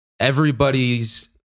everybody's